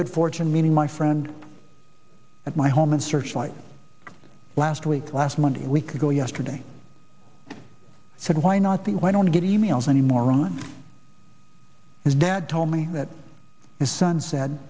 good fortune meeting my friend at my home and searchlight last week last monday a week ago yesterday said why not the why don't get emails anymore on his dad told me that his son said